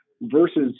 versus